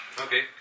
Okay